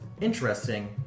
Interesting